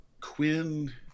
Quinn